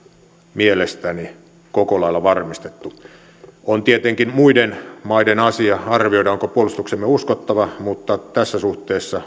mielestäni koko lailla varmistettu on tietenkin muiden maiden asia arvioida onko puolustuksemme uskottava mutta tässä suhteessa